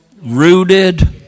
rooted